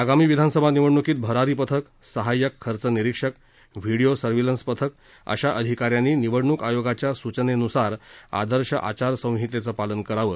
आगामी विधानसभा निवडण्कीत भरारी पथक सहाय्यक खर्च निरीक्षक व्हीडीओ सर्व्हिलंस पथक तसंच अशा अधिका यांनी निवडणूक आयोगाच्या सुचनेनुसार आदर्श आचारसंहितेचे पालन करावं